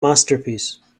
masterpiece